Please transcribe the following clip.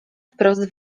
wprost